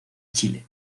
chile